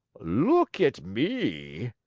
look at me,